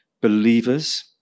believers